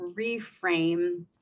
reframe